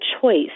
choice